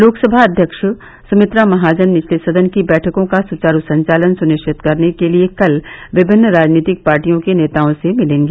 लोकसभा अध्यक्ष सुमित्रा महाजन निचले सदन की बैठकों का सुचारू संचालन सुनिश्चित करने के लिए कल विभिन्न राजनीतिक पार्टियों के नेताओं से मिलेंगी